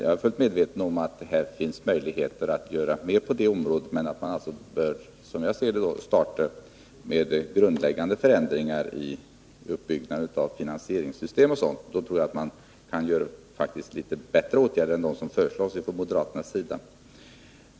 Jag är fullt medveten om att det finns möjlighet att göra mer på detta område, men som jag ser det bör man starta med grundläggande förändringar i uppbyggnaden av finansieringssystem och annat. Då tror jag att man kan vidta bättre åtgärder än dem moderaterna föreslår.